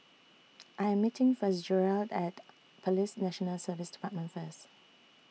I Am meeting Fitzgerald At Police National Service department First